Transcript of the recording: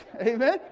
Amen